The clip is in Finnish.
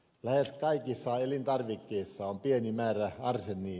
lähes kaikissa elintarvikkeissa on pieni määrä arseenia